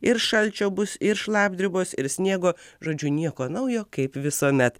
ir šalčio bus ir šlapdribos ir sniego žodžiu nieko naujo kaip visuomet